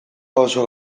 oso